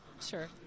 sure